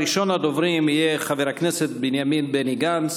ראשון הדוברים יהיה חבר הכנסת בנימין בני גנץ.